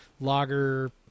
lager